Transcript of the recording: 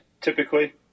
typically